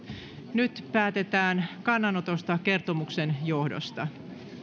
nyt päätetään kannanotosta kertomuksen johdosta